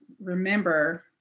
remember